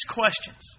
questions